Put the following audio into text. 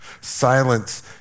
Silence